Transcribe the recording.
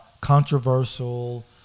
controversial